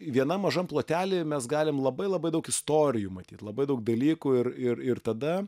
vienam mažam plotely mes galim labai labai daug istorijų matyt labai daug dalykų ir ir ir tada